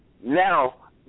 now